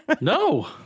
No